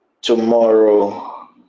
Tomorrow